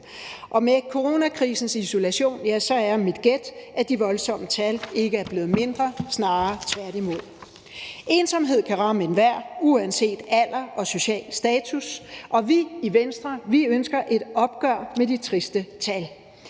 Og med coronakrisens isolation, ja, så er mit gæt, at de voldsomme tal ikke er blevet mindre, snarere tværtimod. Ensomhed kan ramme enhver uanset alder og social status, og vi i Venstre ønsker et opgør med de triste tal.